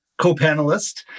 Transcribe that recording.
co-panelist